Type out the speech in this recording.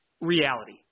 reality